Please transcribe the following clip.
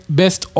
best